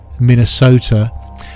Minnesota*